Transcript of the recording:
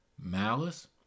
malice